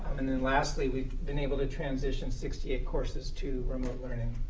and then lastly, we've been able to transition sixty eight courses to remote learning.